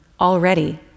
already